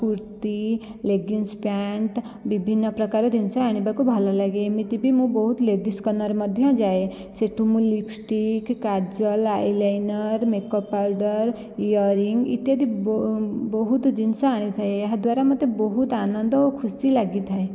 kurti leggings pant ବିଭିନ୍ନ ପ୍ରକାର ଜିନିଷ ଆଣିବାକୁ ଭଲଲାଗେ ଏମିତି ବି ମୁଁ ବହୁତ ଲେଡ଼ିଜ୍ କର୍ଣ୍ଣର ମଧ୍ୟ ଯାଏ ସେଠୁ ମୁଁ lipstick kajal eye liner make up powder earring ଇତ୍ୟାଦି ବହୁତ ଜିନିଷ ଆଣିଥାଏ ଏହାଦ୍ଵାରା ମୋତେ ବହୁତ ଆନନ୍ଦ ଓ ଖୁସି ଲାଗିଥାଏ